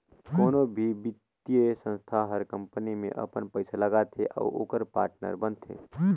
कोनो भी बित्तीय संस्था हर कंपनी में अपन पइसा लगाथे अउ ओकर पाटनर बनथे